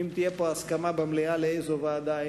ואם תהיה פה הסכמה במליאה לאיזו ועדה,